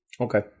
Okay